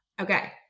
Okay